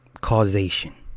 causation